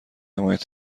حمایت